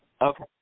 Okay